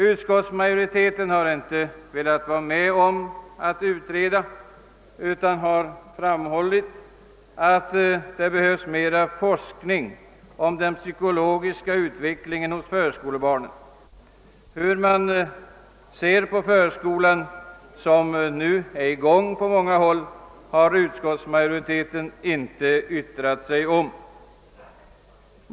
Utskottsmajoriteten har inte velat vara med om en utredning utan framhållit att det behövs mera forskning rörande den psykologiska utveckling en hos förskolebarnen. Hur man ser på den förskola som nu är i gång på många håll har utskottsmajoriteten inte velat yttra sig om.